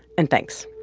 and thanks